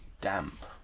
damp